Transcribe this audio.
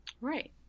Right